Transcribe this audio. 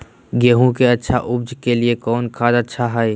गेंहू के अच्छा ऊपज के लिए कौन खाद अच्छा हाय?